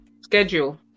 Schedule